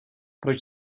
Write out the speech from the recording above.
proč